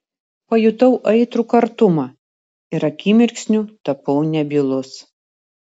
pajutau aitrų kartumą ir akimirksniu tapau nebylus